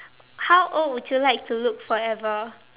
how old would you like to look forever